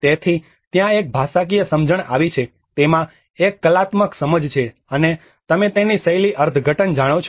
તેથી ત્યાં એક ભાષાકીય સમજણ આવી છે તેમાં એક કલાત્મક સમજ છે અને તમે તેની શૈલી અર્થઘટન જાણો છો